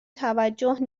توجه